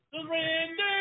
Surrender